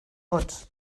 hots